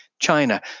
China